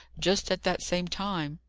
just at that same time?